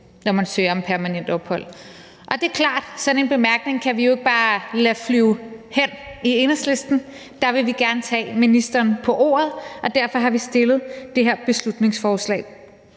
når man søger om permanent ophold. Det er klart, at sådan en bemærkning kan vi jo i Enhedslisten ikke bare lade flyve forbi. Der vil vi gerne tage ministeren på ordet, og derfor har vi fremsat det her beslutningsforslag.